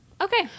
Okay